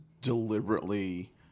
deliberately